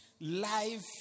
life